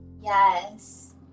Yes